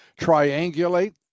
triangulate